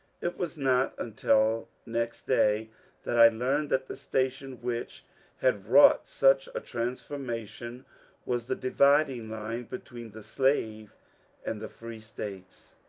it was not until next day that i learned that the station which had wrought such a transfor mation was the dividing line between the slave and the free states.